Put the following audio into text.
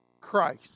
Christ